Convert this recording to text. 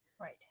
Right